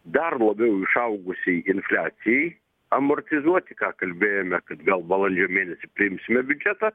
dar labiau išaugusiai infliacijai amortizuoti ką kalbėjome kad gal balandžio mėnesį priimsime biudžetą